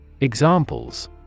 Examples